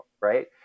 right